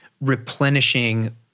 replenishing